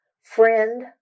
Friend